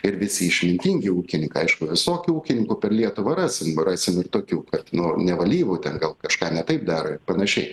ir visi išmintingi ūkininkai aišku visokių ūkininkų per lietuvą rasim rasim ir tokių kad nu nevalyvų ten gal kažką ne taip daro ir panašiai